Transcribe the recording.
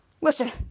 Listen